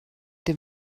dem